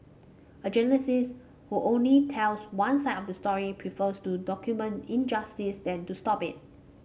a journalist who only tells one side of the story prefers to document injustice than to stop it